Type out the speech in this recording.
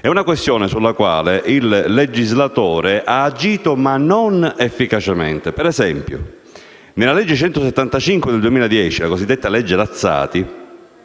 È una questione sulla quale il legislatore ha agito, ma non efficacemente. Ad esempio, la legge n. 175 del 2010, la cosiddetta legge Lazzati,